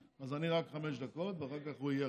אז אני, רק חמש דקות, ואחר כך הוא יהיה.